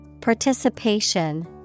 Participation